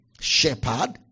Shepherd